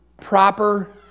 proper